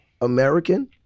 American